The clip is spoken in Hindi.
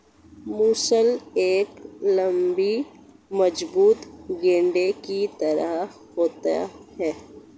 मूसल एक लम्बे मजबूत डंडे की तरह होता है